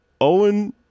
owen